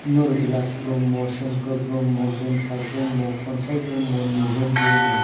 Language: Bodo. नरबिलास ब्रह्म सोमखोर ब्रह्म गोमसाद ब्रह्म कनसाइ ब्रह्म निजोम ब्रह्म